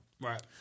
Right